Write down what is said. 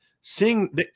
Seeing